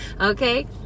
Okay